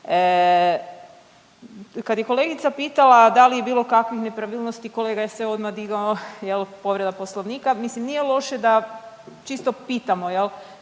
Kad je kolegica pitala da li je bilo kakvih nepravilnosti kolega se odmah digao, jel' povreda Poslovnika. Mislim nije loše da čisto pitamo